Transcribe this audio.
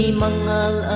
mangal